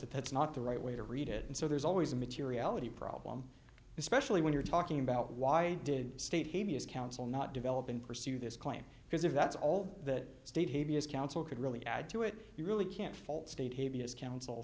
that that's not the right way to read it and so there's always a materiality problem especially when you're talking about why did state he is counsel not develop and pursue this claim because if that's all that state t v is counsel could really add to it you really can't fault state havey as counsel